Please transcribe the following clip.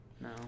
No